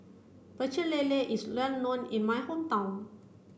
Pecel Lele is well known in my hometown